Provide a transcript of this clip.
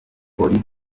polisi